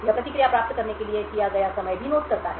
यह प्रतिक्रिया प्राप्त करने के लिए लिया गया समय भी नोट करता है